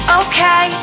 okay